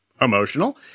emotional